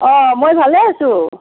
অঁ মই ভালে আছোঁ